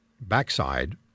backside